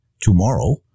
tomorrow